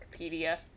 Wikipedia